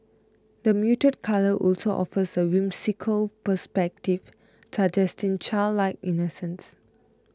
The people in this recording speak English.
the muted colour also offer a whimsical perspective suggesting childlike innocence